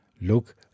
look